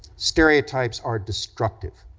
stereotypes are destructive.